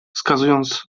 wskazując